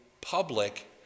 public